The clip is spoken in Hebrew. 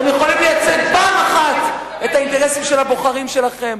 אתם יכולים לייצג פעם אחת את האינטרסים של הבוחרים שלכם,